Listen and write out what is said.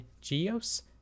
Geos